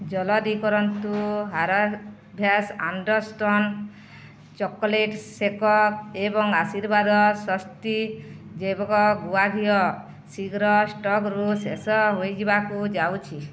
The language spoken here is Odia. ଜଲ୍ଦି କରନ୍ତୁ Harvest and Sons chocolate shake ଏବଂ ଆଶୀର୍ବାଦ ସ୍ଵସ୍ତି ଜୈବିକ ଗୁଆ ଘିଅ ଶୀଘ୍ର ଷ୍ଟକ୍ରୁ ଶେଷ ହୋଇଯିବାକୁ ଯାଉଛି